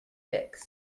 fix